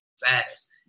fast